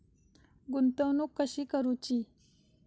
गुंतवणूक कशी करूची?